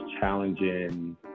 challenging